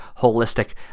holistic